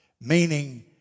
meaning